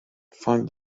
find